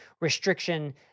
restriction